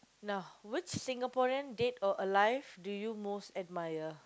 now which Singaporean dead or alive do you most admire